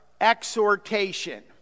exhortation